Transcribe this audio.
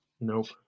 Nope